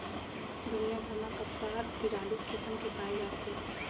दुनिया भर म कपसा ह तिरालिस किसम के पाए जाथे